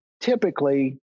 typically